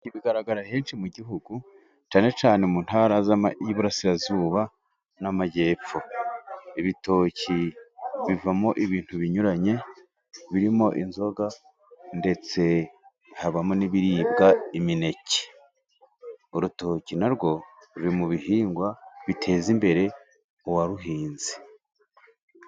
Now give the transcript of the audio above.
Bigaragara henshi mu gihugu, cyane cyane mu Ntara y’Iburasirazuba n’Amajyepfo. Ibitoki bivamo ibintu binyuranye birimo inzoga, ndetse habamo n’ibiribwa imineke. Urutoki narwo ruri mu bihingwa biteza imbere uwaruhinze.